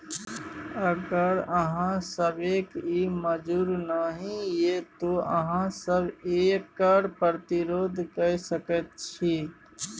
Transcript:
अगर अहाँ सभकेँ ई मजूर नहि यै तँ अहाँ सभ एकर प्रतिरोध कए सकैत छी